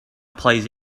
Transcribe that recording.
please